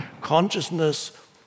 Consciousness